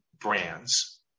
brands